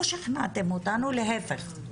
לא שכנעתם אותנו, להיפך,